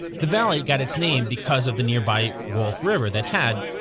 the valley got its name because of the nearby wolf river that had,